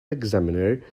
examiner